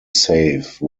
safe